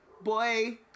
boy